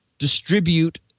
distribute